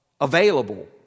available